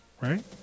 right